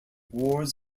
wards